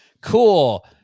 cool